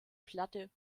platte